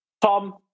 Tom